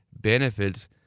benefits